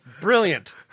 brilliant